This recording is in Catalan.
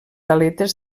aletes